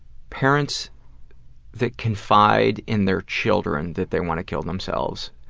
parents that confide in their children that they want to kill themselves,